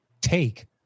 take